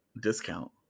discount